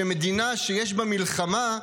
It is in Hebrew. שמדינה שיש בה מלחמה,